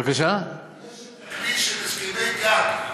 יש הסכמי גג.